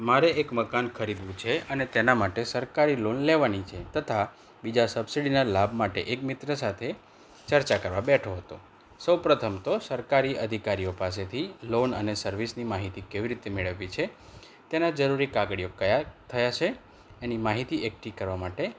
મારે એક મકાન ખરીદવું છે અને તેના માટે સરકારી લોન લેવાની છે તથા બીજા સબસીડીના લાભ માટે એક મિત્ર સાથે ચર્ચા કરવા બેઠો હતો સૌપ્રથમ તો સરકારી અધિકારીઓ પાસેથી લોન અને સર્વિસની માહિતી કેવી રીતે મેળવવી છે તેના જરૂરી કાગળિયા કયા થયા છે એની માહિતી એકઠી કરવા માટે